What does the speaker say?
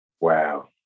Wow